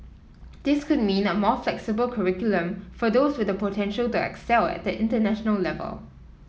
this could mean a more flexible curriculum for those with the potential to excel at the international level